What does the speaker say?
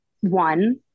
one